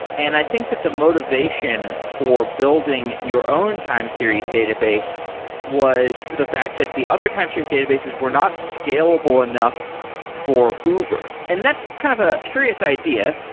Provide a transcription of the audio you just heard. and i think that the motivation for building your own time series database was the fact that the other time series databases were not scalable enough for uber, and that's kind of a curious idea,